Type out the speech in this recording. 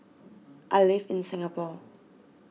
I live in Singapore